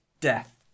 death